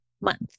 month